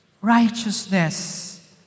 righteousness